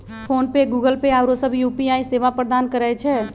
PhonePe, Google Pay आउरो सभ UPI सेवा प्रदान करै छै